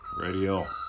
radio